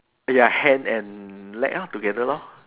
ya hand and leg lor together lor